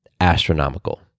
astronomical